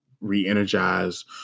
re-energize